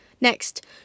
next